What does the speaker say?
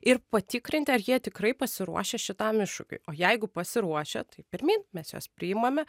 ir patikrinti ar jie tikrai pasiruošę šitam iššūkiui o jeigu pasiruošę tai pirmyn mes juos priimame